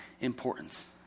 importance